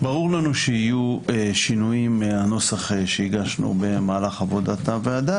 ברור לנו שיהיו שינויים מהנוסח שהגשנו במהלך עבודת הוועדה.